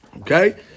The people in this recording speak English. Okay